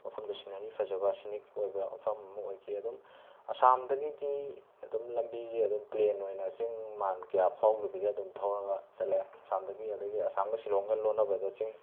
ꯃꯐꯃꯗꯣ scenery ꯐꯖꯕ scenic ꯑꯣꯏꯕ ꯃꯐꯝ ꯑꯃ ꯑꯣꯏꯈꯤ ꯑꯗꯨꯝ ꯑꯁꯥꯝꯗꯒꯤꯗꯤ ꯑꯗꯨꯝ ꯂꯝꯕꯤꯁꯦ ꯑꯗꯨꯝ ꯄ꯭ꯂꯦꯟ ꯑꯣꯏꯅ ꯆꯤꯡ ꯃꯥꯟ ꯀꯌꯥ ꯐꯥꯎꯗꯕꯤꯗ ꯑꯗꯨꯝ ꯊꯧꯔꯒ ꯆꯠꯂꯦ ꯑꯁꯥꯝꯗꯒꯤ ꯑꯗꯒꯤ ꯑꯁꯥꯝꯒ ꯁꯤꯂꯣꯡꯒ ꯂꯣꯟꯅꯕꯗ ꯆꯤꯡ